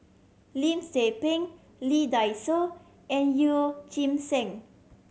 Lim Tze Peng Lee Dai Soh and Yeoh Ghim Seng